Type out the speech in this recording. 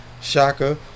Shaka